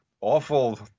awful